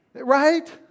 right